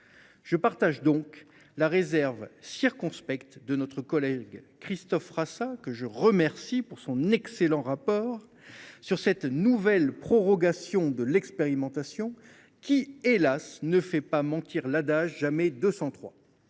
Je partage donc la réserve circonspecte de notre collègue Christophe André Frassa, que je remercie de son excellent rapport, quant à cette nouvelle prorogation de l’expérimentation, laquelle – hélas !– ne fait pas mentir l’adage « jamais deux